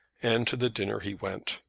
and to the dinner he went.